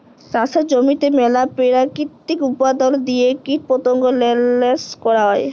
চাষের জমিতে ম্যালা পেরাকিতিক উপাদাল দিঁয়ে কীটপতঙ্গ ল্যাশ ক্যরা হ্যয়